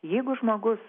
jeigu žmogus